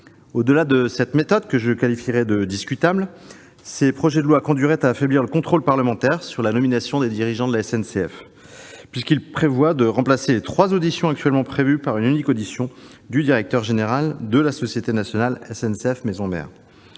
Au-delà de cette méthode, que je qualifierais de discutable, ces textes conduiraient à affaiblir le contrôle parlementaire sur la nomination des dirigeants de la SNCF, puisqu'ils prévoient de remplacer les trois auditions actuellement prévues par une unique audition du directeur général de la société nationale SNCF maison mère.